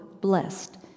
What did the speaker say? blessed